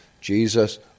Jesus